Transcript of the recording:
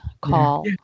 call